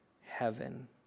heaven